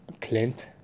Clint